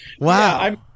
Wow